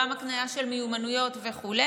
גם הקניה של מיומנויות וכו'.